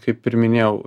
kaip ir minėjau